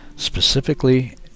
specifically